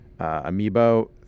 Amiibo